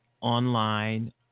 online